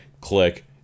click